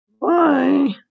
Bye